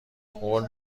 قول